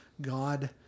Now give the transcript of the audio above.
God